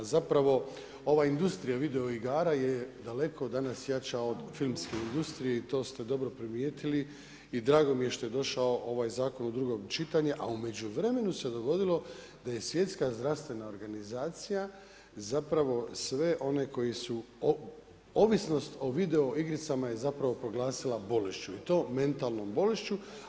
Zapravo ova industrija video igara je daleko danas jača od filmske industrije i to ste dobro primijetili i drago mi je da je došao ovaj zakon u drugom čitanju, a u međuvremenu se dogodilo da je Svjetska zdravstvena organizacija, zapravo sve one koji su, ovisnost o videoigricama je proglasila bolešću i to mentalnom bolešću.